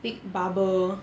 big bubble